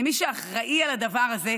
למי שאחראי לדבר הזה,